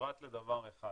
פרט לדבר אחד.